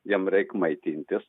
jam reik maitintis